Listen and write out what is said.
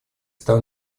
стал